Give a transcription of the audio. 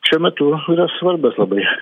šiuo metu yra svarbios labai